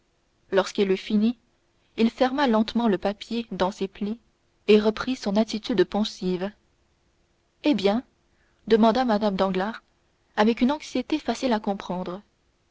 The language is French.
lorsqu'il eut fini il ferma lentement le papier dans ses plis et reprit son attitude pensive eh bien demanda mme danglars avec une anxiété facile à comprendre